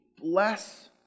Bless